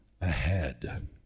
ahead